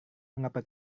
mengapa